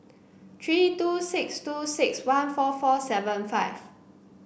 three two six two six one four four seven five